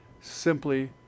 simply